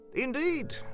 Indeed